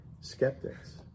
skeptics